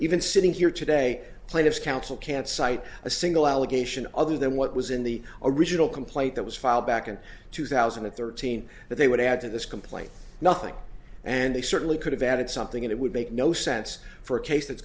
even sitting here today plaintiff's counsel can't cite a single allegation other than what was in the original complaint that was filed back in two thousand and thirteen that they would add to this complaint nothing and they certainly could have added something and it would make no sense for a case that's